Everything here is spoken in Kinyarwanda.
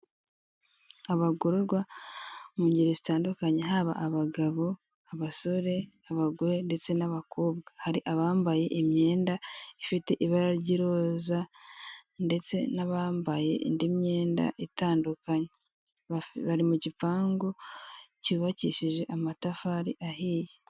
Abagororwa mu ngeri zitandukanye haba abagabo, abasore, abagore ndeste n'abakobwa, hari abambaye imyenda ifite ibara ry'iroza ndetse n'abambaye indi myenda itandukanye. Bari mu gipangu cyubakishije amatafari ahiye.